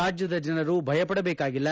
ರಾಜ್ಯದ ಜನರು ಭಯಪಡಬೇಕಾಗಿಲ್ಲ